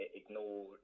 ignore